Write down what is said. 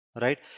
right